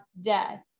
death